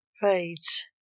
fades